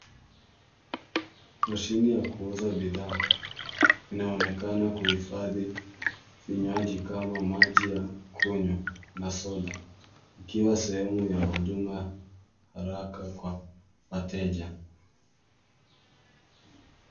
Mashini ya kuuza bidhaa. Inaonekana kuhifadhi vinywaji kama maji ya kunywa na soda ikiwa sehemu ya huduma haraka kwa wateja.